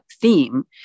theme